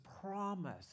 promise